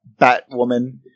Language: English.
Batwoman